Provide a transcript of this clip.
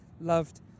loved